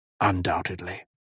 Undoubtedly